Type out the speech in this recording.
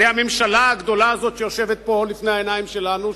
הממשלה הגדולה הזאת שיושבת פה, לפני העיניים שלנו,